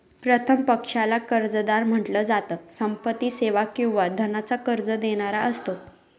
प्रथम पक्षाला कर्जदार म्हंटल जात, संपत्ती, सेवा किंवा धनाच कर्ज देणारा असतो